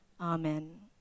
Amen